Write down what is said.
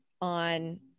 on